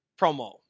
promo